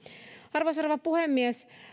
arvoisa rouva puhemies